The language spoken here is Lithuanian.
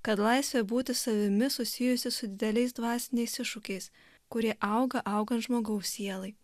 kad laisvė būti savimi susijusi su dideliais dvasiniais iššūkiais kurie auga augant žmogaus sielai